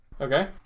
Okay